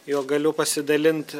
juo galiu pasidalint